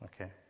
Okay